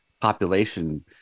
population